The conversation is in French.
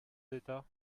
d’état